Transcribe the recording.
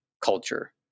culture